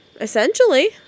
essentially